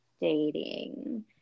dating